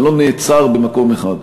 זה לא נעצר במקום אחד.